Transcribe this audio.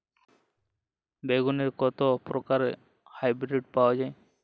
বেগুনের কত প্রকারের হাইব্রীড পাওয়া যায়?